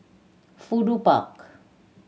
Fudu Park